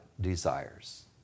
desires